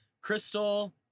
Crystal